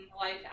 life